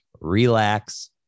relax